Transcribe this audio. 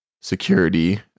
security